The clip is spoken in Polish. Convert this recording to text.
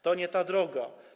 To nie ta droga.